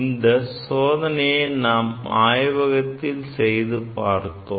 இந்த சோதனையை நாம் ஆய்வகத்தில் செய்து பார்த்தோம்